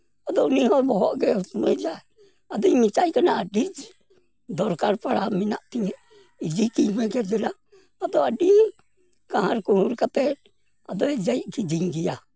ᱟᱫᱚ ᱩᱱᱤ ᱦᱚᱸ ᱵᱚᱦᱚᱜ ᱜᱮ ᱦᱩᱛᱢᱟᱹᱭᱫᱟ ᱟᱫᱚᱧ ᱢᱮᱛᱟᱭ ᱠᱟᱱᱟ ᱟᱹᱰᱤ ᱫᱚᱨᱠᱟᱨ ᱯᱟᱲᱟᱣ ᱢᱮᱱᱟᱜ ᱛᱤᱧᱟᱹ ᱤᱫᱤ ᱠᱟᱹᱧ ᱢᱮᱜᱮ ᱫᱮᱞᱟ ᱟᱫᱚ ᱟᱹᱰᱤ ᱠᱟᱦᱟᱨ ᱠᱩᱦᱩᱨ ᱠᱟᱛᱮ ᱟᱫᱚᱭ ᱫᱮᱡ ᱜᱮᱛᱤᱧ ᱜᱮᱭᱟ